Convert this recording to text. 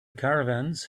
caravans